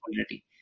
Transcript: already